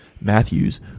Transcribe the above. matthews